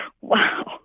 wow